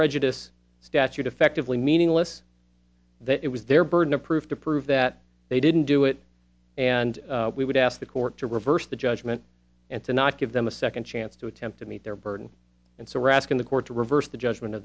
prejudice statute effectively meaningless that it was their burden of proof to prove that they didn't do it and we would ask the court to reverse the judgment and to not give them a second chance to attempt to meet their burden and so raskin the court to reverse the judgment